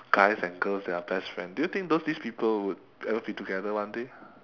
guys and girls that are best friend do you think those this people would ever be together one day